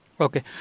Okay